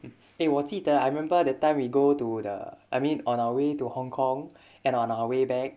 eh 我记得 I remember that time we go to the I mean on our way to hong-kong and on our way back